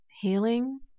healing